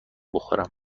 بخورم